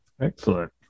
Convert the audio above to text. Excellent